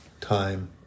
time